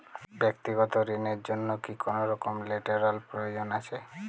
ব্যাক্তিগত ঋণ র জন্য কি কোনরকম লেটেরাল প্রয়োজন আছে?